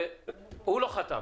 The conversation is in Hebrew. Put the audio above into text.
הוא לא חתם.